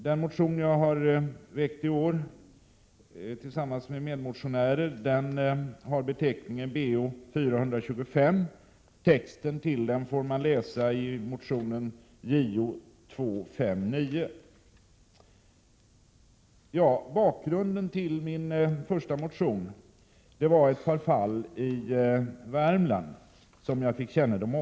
Den motion som jag och mina medmotionärer i år alltså väckt har beteckningen Bo42S5. När det gäller texten hänvisar jag till motion Jo259. Bakgrunden till min första motion i detta ärende, vilken jag väckte för några år sedan, var ett par fall i Värmland som kom till min kännedom.